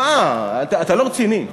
מה, אתה לא רציני.